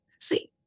See